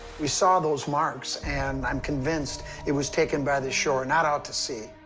we saw those marks, and i'm convinced it was taken by the shore, not out to sea.